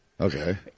Okay